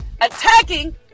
attacking